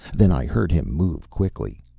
then i heard him move quickly.